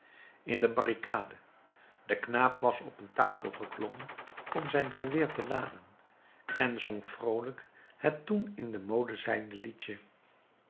in de barricade de knaap was op een tafel geklommen om zijn geweer te laden en zong vroolijk het toen in de mode zijnde liedje